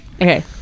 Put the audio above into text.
Okay